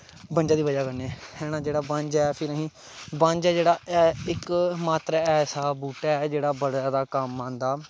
बंजे दी बज़ा कन्नैं फिर जेह्ड़ा बंज ऐ असें बंज ऐ जेह्का इक मात्र ऐसा बूह्टा ऐ जेह्ड़ा बड़ा जादा कम्म आंदा ऐ